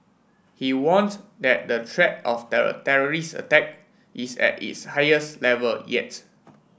he warned that the threat of a terrorist attack is at its highest level yet